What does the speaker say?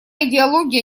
идеология